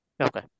Okay